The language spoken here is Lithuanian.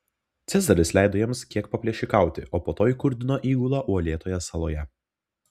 cezaris leido jiems kiek paplėšikauti o po to įkurdino įgulą uolėtoje saloje